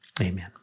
Amen